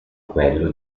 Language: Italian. quello